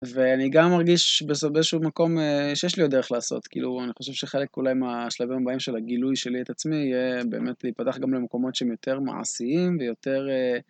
ואני גם מרגיש בסוף באיזשהו מקום שיש לי עוד דרך לעשות. כאילו, אני חושב שחלק אולי מהשלבים הבאים של הגילוי שלי את עצמי, יהיה באמת להיפתח גם למקומות שהם יותר מעשיים ויותר...